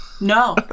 No